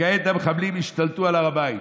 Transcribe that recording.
וכעת המחבלים השתלטו על הר הבית.